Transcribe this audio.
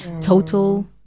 total